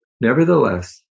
Nevertheless